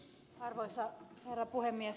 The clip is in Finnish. arvoisa herra puhemies